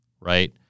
right